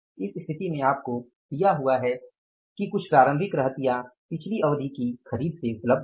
इस स्थिति में आपको दिया हुआ है कि कुछ प्रारंभिक रहतिया पिछली अवधि की खरीद से उपलब्ध हैं